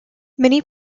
many